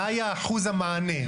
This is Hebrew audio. מה היה אחוז המענה?